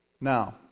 Now